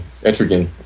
Etrigan